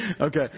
Okay